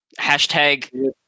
Hashtag